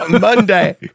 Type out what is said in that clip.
Monday